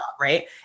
Right